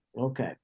Okay